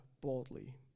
boldly